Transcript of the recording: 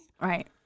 Right